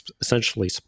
essentially